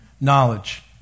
knowledge